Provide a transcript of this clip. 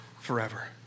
forever